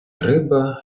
риба